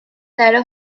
داره